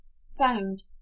Sound